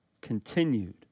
continued